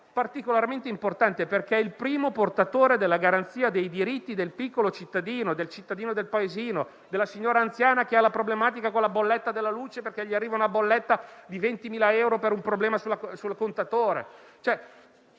particolarmente importante, perché è il primo portatore della garanzia dei diritti del piccolo cittadino, quello del paesino o della signora anziana che ha una problematica con la bolletta della luce, perché gliene è arrivata una da 20.000 euro per un problema al contatore.